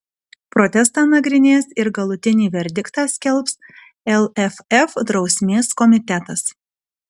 protestą nagrinės ir galutinį verdiktą skelbs lff drausmės komitetas